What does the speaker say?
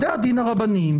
בתי הדין הרבניים,